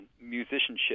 musicianship